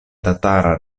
tatara